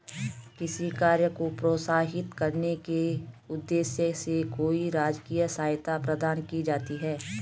किसी कार्य को प्रोत्साहित करने के उद्देश्य से कोई राजकीय सहायता प्रदान की जाती है